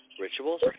rituals